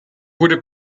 wurde